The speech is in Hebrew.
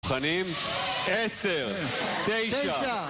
מוכנים? עשר, תשע